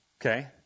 okay